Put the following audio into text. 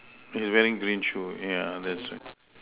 he's wearing green shoe yeah that's right